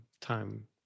time